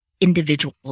individual